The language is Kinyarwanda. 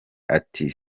ati